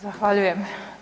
Zahvaljujem.